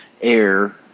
air